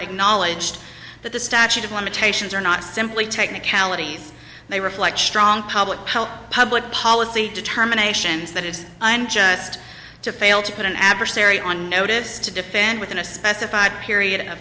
acknowledged that the statute of limitations are not simply technicalities they reflect strong public public policy determinations that it is unjust to fail to put an adversary on notice to defend within a specified period of